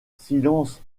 silence